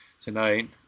tonight